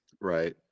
Right